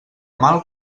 mal